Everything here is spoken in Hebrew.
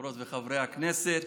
חברות וחברי הכנסת,